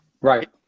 right